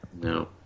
No